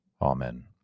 Amen